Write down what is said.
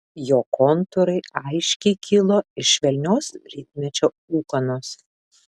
jo kontūrai aiškiai kilo iš švelnios rytmečio ūkanos